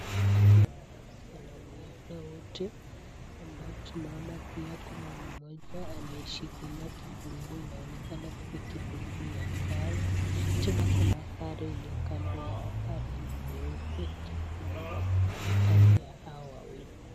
Watu wawili ambao wanasalamiana, wote ambao tunaona pia kuna mmjoa ameshikilia kifunguu inaonekana ni kifunguu ya gari. Tena kuna gari iliyo kando yao ,gari nyeupe yenye imesimama kando ya hao wawili.